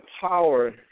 power